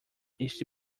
este